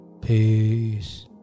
peace